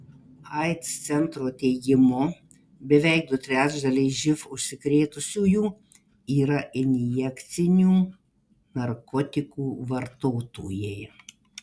aids centro teigimu beveik du trečdaliai živ užsikrėtusiųjų yra injekcinių narkotikų vartotojai